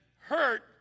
hurt